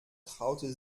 traute